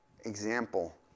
example